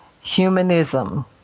humanism